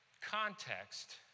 context